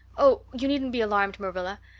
oh, you needn't be alarmed, marilla.